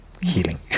healing